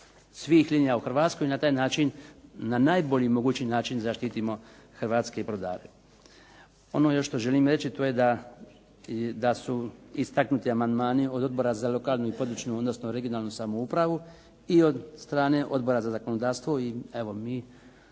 svih linija u Hrvatskoj i na taj način, na najbolji mogući način zaštitimo hrvatske brodare. Ono još što želim reći, to je da su istaknuti amandmani od Odbora za lokalnu i područnu, odnosno regionalnu samoupravu i od strane odbora za zakonodavstvo i evo, mi